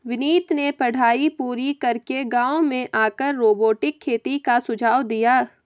विनीत ने पढ़ाई पूरी करके गांव में आकर रोबोटिक खेती का सुझाव दिया